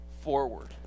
forward